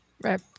Right